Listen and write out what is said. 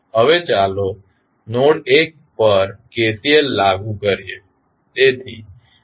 હવે ચાલો નોડ 1 પર KCL લાગુ કરીએ